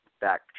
back